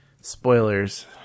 Spoilers